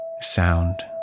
Sound